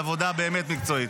על עבודה באמת מקצועית.